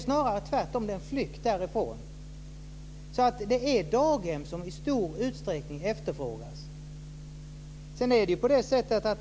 Snarare tvärtom, det är en flykt därifrån. Det är daghem som efterfrågas.